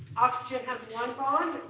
oxygen has one bond.